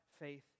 faith